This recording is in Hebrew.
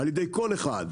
על ידי כל אחד,